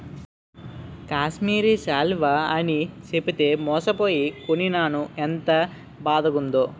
కాశ్మీరి శాలువ అని చెప్పితే మోసపోయి కొనీనాను ఎంత బాదగుందో